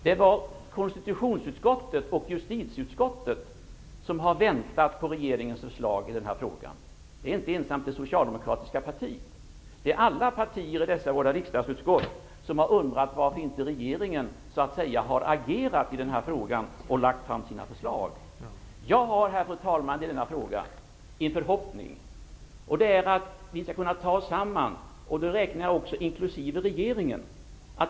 Det är konstitutionsutskottet och justitieutskottet som har väntat på regeringens förslag i denna fråga; det är inte enbart det socialdemokratiska partiet. Det är representanter för alla partier i dessa båda riksdagsutskott som har undrat varför inte regeringen har agerat i denna fråga och lagt fram sina förslag. Jag har, fru talman, en förhoppning i denna fråga. Det är att vi alla, inklusive regeringen, skall kunna ta oss samman.